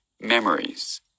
memories